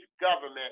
government